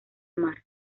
mar